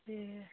ٹھیٖک